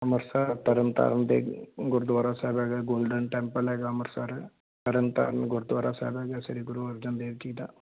ਅੰਮ੍ਰਿਤਸਰ ਤਰਨ ਤਾਰਨ ਦੇ ਅ ਗੁਰਦੁਆਰਾ ਸਾਹਿਬ ਹੈਗਾ ਗੋਲਡਨ ਟੈਂਪਲ ਹੈਗਾ ਅੰਮ੍ਰਿਤਸਰ ਤਰਨ ਤਾਰਨ ਗੁਰਦੁਆਰਾ ਸਾਹਿਬ ਹੈਗਾ ਸ਼੍ਰੀ ਗੁਰੂ ਅਰਜਨ ਦੇਵ ਜੀ ਦਾ